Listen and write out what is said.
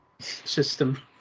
system